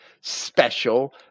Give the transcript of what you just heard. special